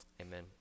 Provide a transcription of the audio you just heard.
Amen